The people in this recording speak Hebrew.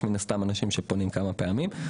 יש מן הסתם אנשים שפונים כמה פעמים.